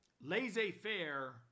laissez-faire